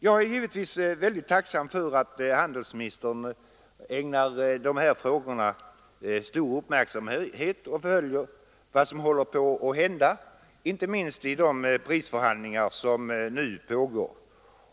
Jag är givetvis mycket tacksam för att handelsministern ägnar dessa frågor stor uppmärksamhet och följer vad som håller på att hända inte minst i de prisförhandlingar som nu pågår.